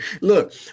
look